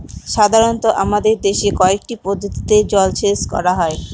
সাধারনত আমাদের দেশে কয়টি পদ্ধতিতে জলসেচ করা হয়?